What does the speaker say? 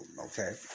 okay